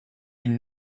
une